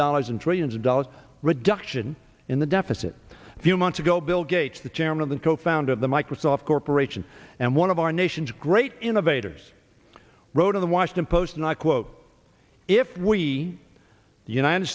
dollars and trillions of dollars reduction in the deficit a few months ago bill gates the chairman of the co founder of the microsoft corporation and one of our nation's great innovators wrote in the washington post and i quote if we the united